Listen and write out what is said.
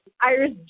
Iris